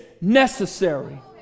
necessary